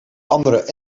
andere